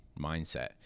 mindset